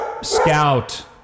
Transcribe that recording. Scout